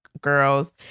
Girls